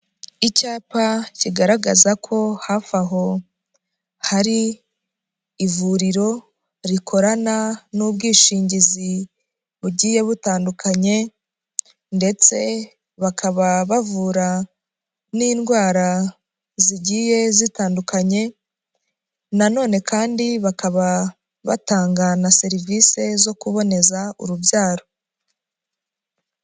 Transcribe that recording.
Icyapa kigaragaza ko hafi aho hari ivuriro rikorana n'ubwishingizi bugiye butandukanye ndetse bakaba bavura n'indwara zigiye zitandukanye, nanone kandi bakaba batanga na serivise zo kuboneza urubyaro.